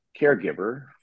caregiver